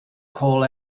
call